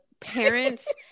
parents